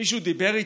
מישהו דיבר איתם?